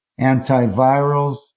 antivirals